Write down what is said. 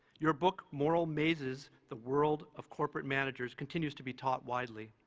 your book moral mazes the world of corporate managers continues to be taught widely.